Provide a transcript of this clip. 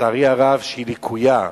לצערי הרב היא לקויה,